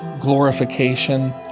glorification